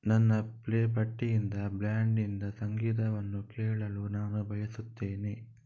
ನನ್ನ ಪ್ಲೇ ಪಟ್ಟಿಯಿಂದ ಬ್ರ್ಯಾಂಡಿಂದ ಸಂಗೀತವನ್ನು ಕೇಳಲು ನಾನು ಬಯಸುತ್ತೇನೆ